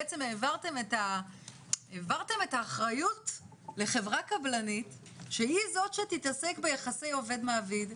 בעצם העברתם את האחריות לחברה קבלנית שהיא זו שתתעסק ביחסי עובד-מעביד.